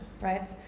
right